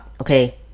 okay